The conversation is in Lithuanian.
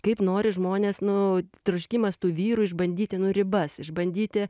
kaip nori žmones nu troškimas tų vyrų išbandyti nu ribas išbandyti